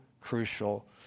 crucial